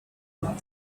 put